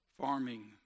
Farming